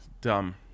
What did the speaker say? Dumb